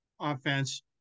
offense